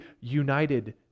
united